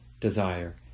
desire